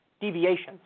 deviations